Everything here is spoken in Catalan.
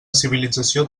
civilització